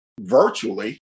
virtually